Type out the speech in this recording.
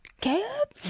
Caleb